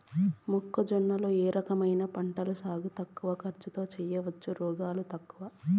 మొక్కజొన్న లో ఏ రకమైన పంటల సాగు తక్కువ ఖర్చుతో చేయచ్చు, రోగాలు తక్కువ?